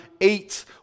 eight